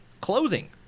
clothing